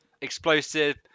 Explosive